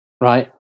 right